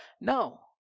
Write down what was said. no